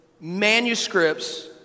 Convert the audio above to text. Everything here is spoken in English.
manuscripts